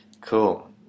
cool